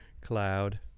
cloud